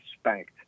spanked